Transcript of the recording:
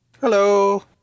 hello